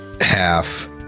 half